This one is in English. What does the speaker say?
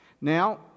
Now